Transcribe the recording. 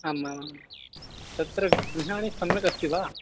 आम् आम् तत्र गृहाणि सम्यक् अस्ति वा